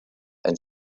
and